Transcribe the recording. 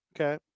Okay